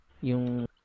yung